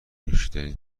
نوشیدنی